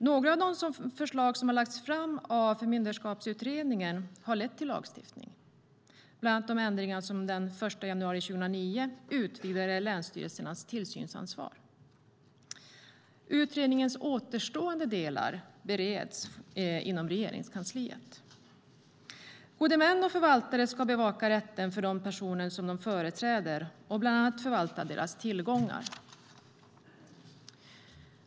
Några av de förslag som har lagts fram av Förmynderskapsutredningen har lett till lagstiftning, bland annat de ändringar som den 1 januari 2009 utvidgade länsstyrelsernas tillsynsansvar. Utredningens återstående delar bereds inom Regeringskansliet. Gode män och förvaltare ska bevaka rätten för de personer som de företräder och bland annat förvalta deras tillgångar.